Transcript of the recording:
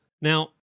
Now